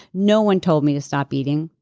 no one told me to stop eating.